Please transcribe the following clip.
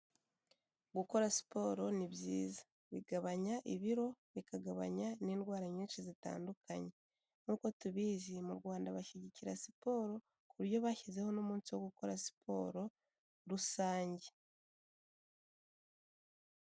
Gukora siporo ni byiza bigabanya ibiro, bikagabanya n'indwara nyinshi zitandukanye nk'uko tubizi mu Rwanda bashyigikira siporo ku buryo bashyizeho n'umunsi wo gukora siporo rusange.